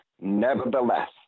Nevertheless